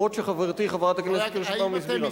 אף-על-פי שחברתי חברת הכנסת קירשנבאום הסבירה.